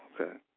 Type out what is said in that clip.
Okay